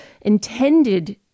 intended